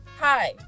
hi